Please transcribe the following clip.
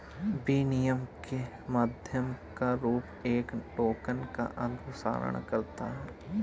विनिमय के माध्यम का रूप एक टोकन का अनुसरण करता है